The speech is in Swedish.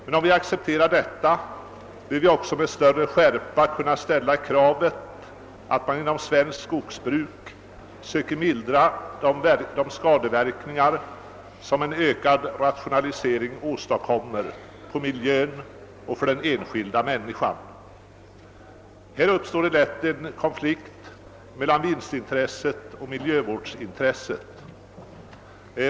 Men om vi accepterar detta bör vi också med större skärpa kunna ställa kravet att man inom svenskt skogsbruk söker mildra de skadeverkningar som en ökad rationalisering åstadkommer på miljön och för den enskilda människan. Här uppstår lätt en konflikt mellan vinstintresset och miljövårdsintresset.